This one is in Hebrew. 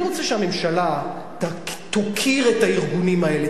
אני רוצה שהממשלה תוקיר את הארגונים האלה,